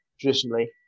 traditionally